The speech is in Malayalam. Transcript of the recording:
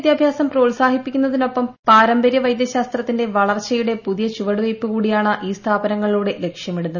വിദ്യാഭ്യാസം ആയുർവേദ പ്രോത്സാഹിപ്പിക്കുന്നതിനൊപ്പം പാരമ്പര്യം വൈദ്യശാസ്ത്രത്തിന്റെ വളർച്ചയുടെ ചുവടുവയ്പ്പു കൂടിയാണ് ഈ സ്ഥാപനങ്ങളിലൂടെ ലക്ഷ്യമിടുന്നത്